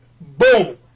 Boom